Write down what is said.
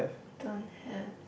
don't have